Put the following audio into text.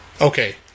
Okay